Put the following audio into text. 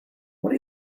what